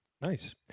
Nice